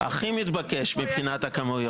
עכשיו, החלק הזה הוא חלק משוק חופשי.